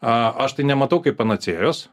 aš tai nematau kaip panacėjos